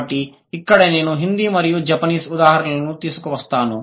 కాబట్టి ఇక్కడ నేను హిందీ మరియు జపనీస్ ఉదాహరణలను తీసుకువస్తాను